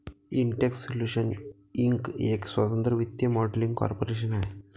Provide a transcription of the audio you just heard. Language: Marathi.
इंटेक्स सोल्यूशन्स इंक एक स्वतंत्र वित्तीय मॉडेलिंग कॉर्पोरेशन आहे